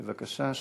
בבקשה.